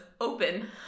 open